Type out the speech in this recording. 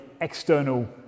external